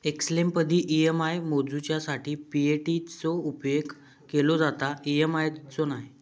एक्सेलमदी ई.एम.आय मोजूच्यासाठी पी.ए.टी चो उपेग केलो जाता, ई.एम.आय चो नाय